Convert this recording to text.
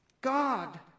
God